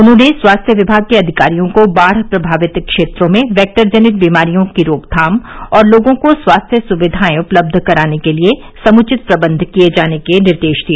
उन्होंने स्वास्थ्य विमाग के अधिकारियों को बाढ़ प्रभावित क्षेत्रों में वेक्टरजनित बीमारियों की रोकथाम और लोगों को स्वास्थ्य सुविधाएं उपलब्ध कराने के लिए समुचित प्रबन्ध किए जाने के निर्देश दिए